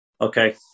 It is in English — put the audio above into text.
okay